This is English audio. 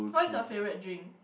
what's your favourite drink